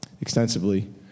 extensively